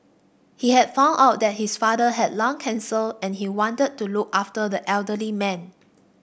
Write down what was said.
he had found out that his father had lung cancer and he wanted to look after the elderly man